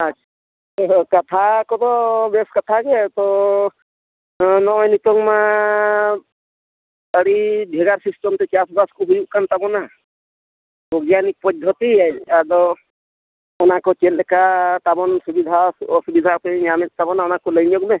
ᱟᱪᱪᱷᱟ ᱦᱳᱭ ᱠᱟᱛᱷᱟ ᱠᱚᱫᱚ ᱵᱮᱥ ᱠᱟᱛᱷᱟ ᱜᱮ ᱛᱚ ᱱᱚᱜᱼᱚᱸᱭ ᱱᱤᱛᱚᱜᱼᱢᱟ ᱟᱹᱰᱤ ᱵᱷᱮᱜᱟᱨ ᱥᱤᱥᱴᱮᱢᱛᱮ ᱪᱟᱥᱵᱟᱥ ᱠᱚ ᱦᱩᱭᱩᱜ ᱠᱟᱱ ᱛᱟᱵᱚᱱᱟ ᱵᱚᱭᱜᱟᱱᱤᱠ ᱯᱚᱫᱽᱫᱷᱚᱛᱤ ᱟᱫᱚ ᱚᱱᱠᱟ ᱞᱚ ᱪᱮᱫᱠᱟ ᱛᱟᱵᱚᱱ ᱥᱩᱵᱤᱫᱟ ᱚᱥᱩᱵᱤᱫᱟ ᱠᱚᱭ ᱧᱟᱢᱮᱫ ᱛᱟᱵᱚᱱᱟ ᱚᱱᱟ ᱠᱚ ᱞᱟᱹᱭ ᱧᱚᱜ ᱢᱮ